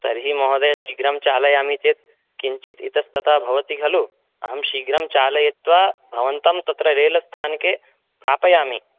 तर्हि महोदय शीघ्रं चालयामि चेत् किञ्चित् इतस्ततः भवति खलु अहं शीघ्रं चालयित्वा भवन्तं तत्र रेलस्थानके प्रापयामि